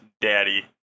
daddy